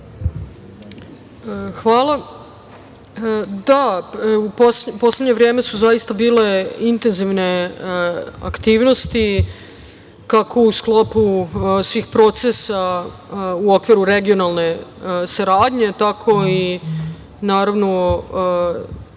Hvala. Da, u poslednje vreme su zaista bile intenzivne aktivnosti, kako u sklopu svih procesa u okviru regionalne saradnje, tako i, naravno, važni